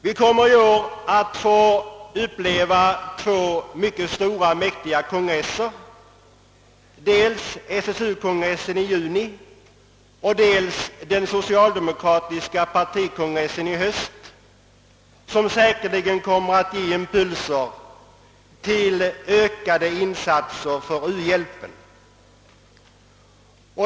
Vi kommer i år att få uppleva två mycket stora mäktiga kongresser, nämligen dels SSU-kongressen i juni och dels den socialdemokratiska partikongressen i höst som säkerligen kommer att ge impulser till ökade insatser för u-hjälpen.